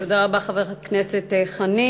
תודה רבה, חבר הכנסת חנין.